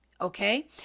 okay